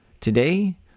Today